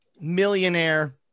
millionaire